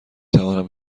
توانم